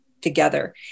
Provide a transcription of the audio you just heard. together